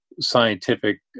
scientific